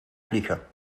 vliegen